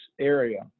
area